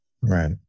Right